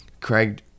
Craig